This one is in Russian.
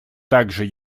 также